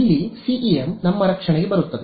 ಇಲ್ಲಿ ಸಿಇಎಂ ನಮ್ಮ ರಕ್ಷಣೆಗೆ ಬರುತ್ತದೆ